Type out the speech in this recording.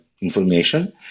information